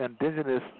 indigenous